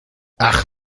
ach